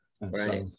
Right